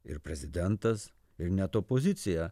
ir prezidentas ir net opozicija